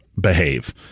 behave